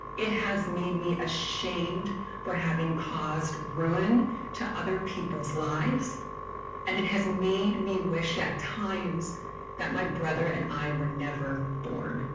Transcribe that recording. it has made me ashamed for having caused ruin to other people's lives and it has made me wish at times that my brother and i were never born.